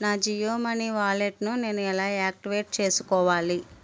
నా జియో మనీ వాలెట్ను నేను ఎలా యాక్టివేట్ చేసుకోవాలి